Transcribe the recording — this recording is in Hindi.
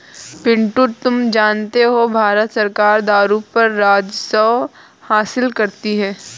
पिंटू तुम जानते हो भारत सरकार दारू पर राजस्व हासिल करती है